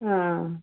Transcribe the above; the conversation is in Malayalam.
ആ